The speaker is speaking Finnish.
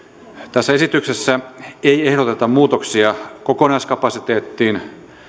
tässä esityksessä ei ehdoteta muutoksia kokonaiskapasiteettiin